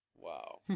Wow